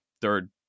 third